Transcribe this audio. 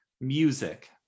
music